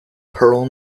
pearl